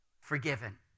forgiven